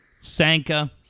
Sanka